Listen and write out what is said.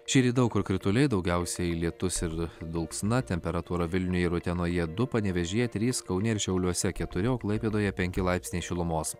šįryt daug kur krituliai daugiausiai lietus ir dulksna temperatūra vilniuje ir utenoje du panevėžyje trys kaune ir šiauliuose keturi klaipėdoje penki laipsniai šilumos